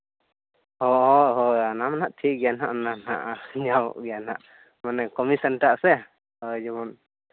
ᱦᱳᱭ ᱦᱳᱭ ᱚᱱᱟ ᱢᱟᱦᱟᱸᱜ ᱴᱷᱤᱠ ᱜᱮᱭᱟ ᱦᱟᱸᱜ ᱚᱱᱟ ᱦᱟᱸᱜ ᱧᱟᱢᱚᱜ ᱜᱮᱭᱟ ᱦᱟᱸᱜ ᱢᱟᱱᱮ ᱠᱚᱢᱤᱥᱚᱱ ᱴᱟᱜ ᱥᱮ ᱦᱳᱭ ᱡᱮᱢᱚᱱ